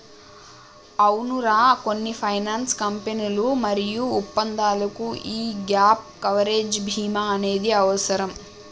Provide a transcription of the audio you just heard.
అవునరా కొన్ని ఫైనాన్స్ కంపెనీలు మరియు ఒప్పందాలకు యీ గాప్ కవరేజ్ భీమా అనేది అవసరం